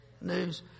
news